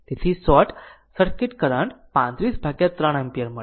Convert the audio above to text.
તેથી short circuit current 35 ભાગ્યા 3 ampere મળ્યો